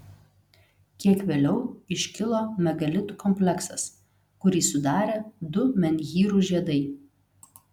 kiek vėliau iškilo megalitų kompleksas kurį sudarė du menhyrų žiedai